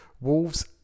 Wolves